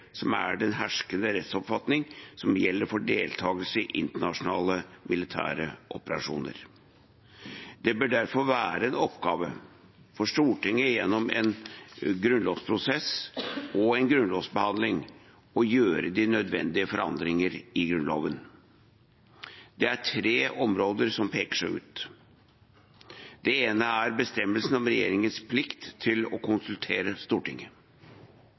som er den herskende rettsoppfatning som gjelder for deltakelse i internasjonale militære operasjoner. Det bør derfor være en oppgave for Stortinget, gjennom en grunnlovsprosess og en grunnlovsbehandling, å gjøre de nødvendige forandringer i Grunnloven. Det er tre områder som peker seg ut. Det ene er bestemmelsen om regjeringens plikt til å konsultere Stortinget.